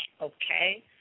Okay